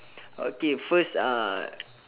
okay first uh